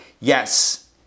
Yes